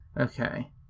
okay